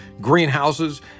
greenhouses